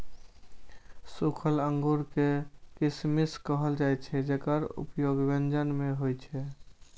सूखल अंगूर कें किशमिश कहल जाइ छै, जेकर उपयोग व्यंजन मे होइ छै